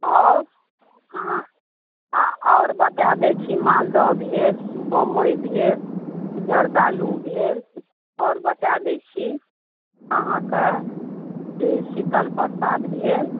आओर अहाँ आओर बता दै छी मालदह भेल बम्बइ भेल जरदालू भेल आओर बता दै छी अहाँके से शीतलप्रसाद भेल